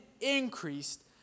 increased